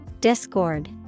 Discord